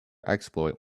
exploit